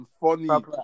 funny